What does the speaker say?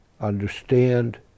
understand